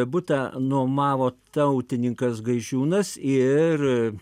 butą nuomavo tautininkas gaižiūnas ir